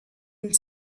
one